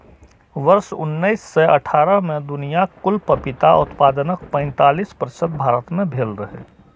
वर्ष उन्नैस सय अट्ठारह मे दुनियाक कुल पपीता उत्पादनक पैंतालीस प्रतिशत भारत मे भेल रहै